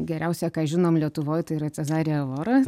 geriausia ką žinom lietuvoj tai yra cezare ora